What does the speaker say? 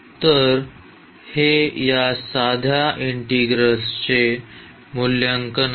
तर हे या साध्या इंटिग्रल्सचे मूल्यांकन आहे